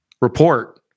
report